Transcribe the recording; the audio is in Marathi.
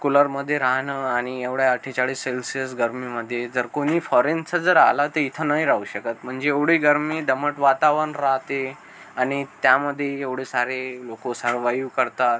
कुलरमध्ये राहणं आणि एवढ्या अठ्ठेचाळीस सेल्सिअस गरमीमध्ये जर कोणी फॉरेनचं जर आला तर इथं नाही राहू शकत म्हणजे एवढी गरमी दमट वातावरण राहते आणि त्यामध्ये येवढे सारे लोकं सर्वाईव करतात